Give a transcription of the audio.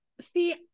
See